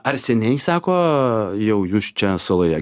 ar seniai sako jau jūs čia saloje